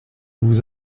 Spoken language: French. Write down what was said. vous